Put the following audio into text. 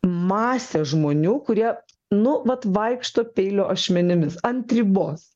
masė žmonių kurie nu vat vaikšto peilio ašmenimis ant ribos